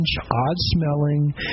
odd-smelling